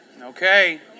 Okay